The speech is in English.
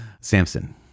Samson